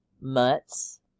months